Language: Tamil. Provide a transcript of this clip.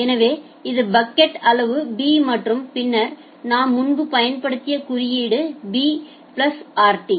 எனவேஇது பக்கெட் அளவு b மற்றும் பின்னர் நாம் முன்பு பயன்படுத்திய குறியீடானது b plus rt